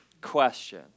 question